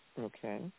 Okay